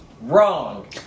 wrong